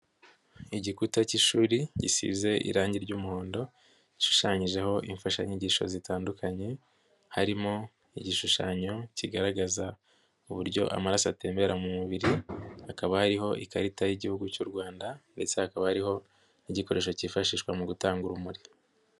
Igikuta k'ishuri gisize irangi ry'umuhondo gishushanyijeho imfashanyigisho zitandukanye harimo igishushanyo kigaragaza uburyo amaraso atembera mu mubiri, hakaba hariho ikarita y'Igihugu cy'u Rwanda ndetse hakaba hariho n'igikoresho kifashishwa mu gutanga urumuri.